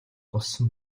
болсон